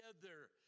together